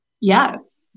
yes